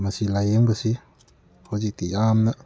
ꯃꯁꯤ ꯂꯥꯏꯌꯦꯡꯕꯁꯤ ꯍꯧꯖꯤꯛꯇꯤ ꯌꯥꯝꯅ